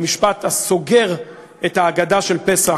במשפט הסוגר את ההגדה של פסח,